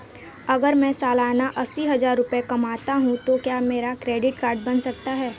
अगर मैं सालाना अस्सी हज़ार रुपये कमाता हूं तो क्या मेरा क्रेडिट कार्ड बन सकता है?